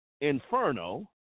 Inferno